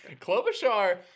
Klobuchar